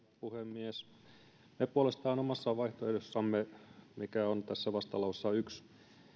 puhemies me puolestamme omassa vaihtoehdossamme mikä on tässä vastalauseessa yksi